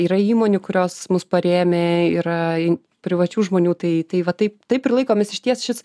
yra įmonių kurios mus parėmė yra privačių žmonių tai tai va taip taip ir laikomės išties šis